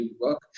work